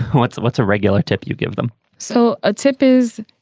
what's what's a regular tip you give them? so a tip is,